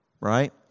right